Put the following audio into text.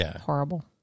horrible